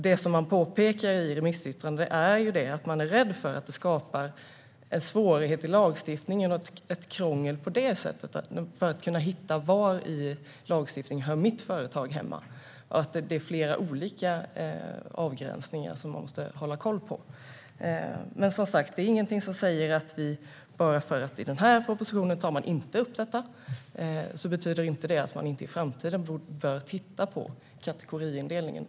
Det man påpekar i remissyttrandet är att man är rädd att det skapas en svårighet i lagstiftningen och krångel för företagare med att hitta var i lagstiftningen deras företag hör hemma. Det är flera olika avgränsningar som de måste hålla koll på. Men som sagt, bara för att man inte tar upp detta i den här propositionen är det ingenting som säger att man inte i framtiden bör titta på kategoriindelningen.